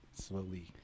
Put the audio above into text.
slowly